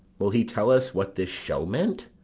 will he tell us what this show meant?